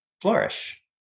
flourish